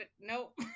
nope